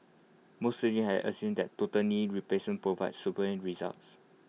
most surgeons have assumed that total knee replacement provides superior results